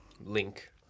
link